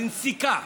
בנסיקה.